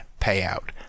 payout